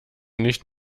nicht